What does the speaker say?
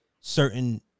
certain